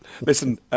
Listen